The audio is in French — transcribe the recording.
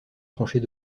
tranchées